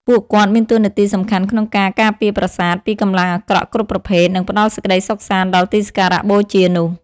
ពួកគាត់មានតួនាទីសំខាន់ក្នុងការ ការពារប្រាសាទ ពីកម្លាំងអាក្រក់គ្រប់ប្រភេទ និងផ្តល់សេចក្តីសុខសាន្តដល់ទីសក្ការៈបូជានោះ។